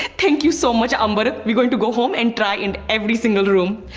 thank you so much, amber. we going to go home and try in every single room.